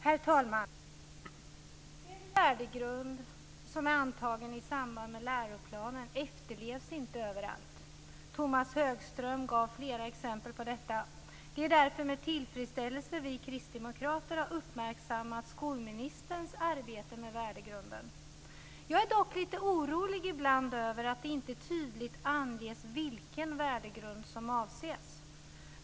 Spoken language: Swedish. Herr talman! Den värdegrund som är antagen i samband med läroplanen efterlevs inte överallt. Tomas Högström gav flera exempel på detta. Det är därför med tillfredsställelse vi kristdemokrater har uppmärksammat skolministerns arbete med frågor om värdegrunden. Jag är dock ibland orolig över att det inte tydligt anges vilken värdegrund som avses.